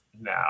now